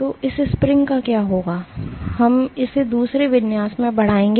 तो इस स्प्रिंग का क्या होगा हम इसे दूसरे विन्यास में बढ़ाएंगे